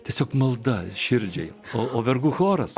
tiesiog malda širdžiai o vergų choras